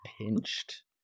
pinched